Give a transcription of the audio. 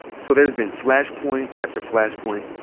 so there's been flash-point after flash-point.